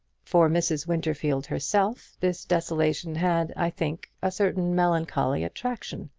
for mrs. winterfield herself, this desolation had, i think, a certain melancholy attraction.